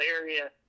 area